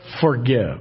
forgive